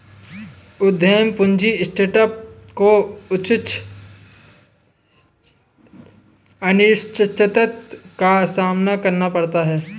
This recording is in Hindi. उद्यम पूंजी स्टार्टअप को उच्च अनिश्चितता का सामना करना पड़ता है